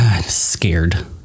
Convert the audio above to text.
scared